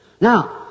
Now